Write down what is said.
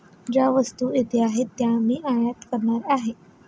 ज्या वस्तू इथे आहेत त्या मी आयात करणार आहे